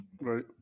right